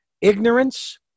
ignorance